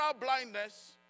blindness